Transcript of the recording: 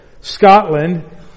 Scotland